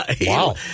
Wow